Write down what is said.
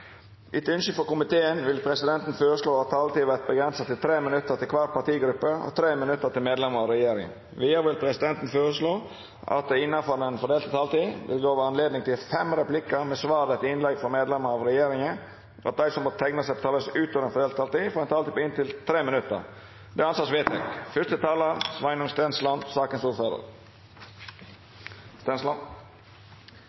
Etter ønske frå helse- og omsorgskomiteen vil presidenten føreslå at taletida vert avgrensa til 3 minutt til kvar partigruppe og 3 minutt til medlemer av regjeringa. Vidare vil presidenten føreslå at det – innanfor den fordelte taletida – vert gjeve anledning til replikkordskifte på inntil fire replikkar med svar etter innlegg frå medlemer av regjeringa, og at dei som måtte teikna seg på talarlista utover den fordelte taletida, får ei taletid på inntil 3 minutt. – Det er vedteke.